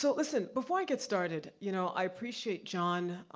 so listen, before i get started, you know i appreciate john